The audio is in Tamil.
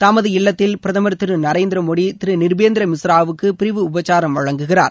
தமது இல்லத்தில் பிரதமர் திரு நரேந்திர மோதி திரு நிர்பேந்திர மிஸ்ராவுக்கு பிரிவு உபச்சாரம் வழங்குகிறார்